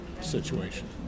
situation